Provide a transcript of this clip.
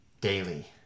daily